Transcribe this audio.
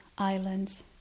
islands